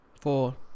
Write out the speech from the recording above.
Four